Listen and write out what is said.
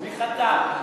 מי חתם?